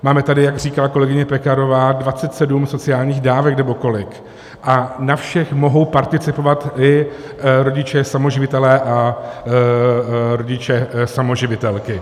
Máme tady, jak říkala kolegyně Pekarová, 27 sociálních dávek, nebo kolik, a na všech mohou participovat i rodiče samoživitelé a rodiče samoživitelky.